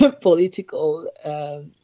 political